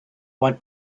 one